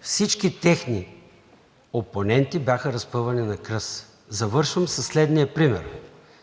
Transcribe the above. всички техни опоненти бяха разпъвани на кръст. Завършвам със следния пример: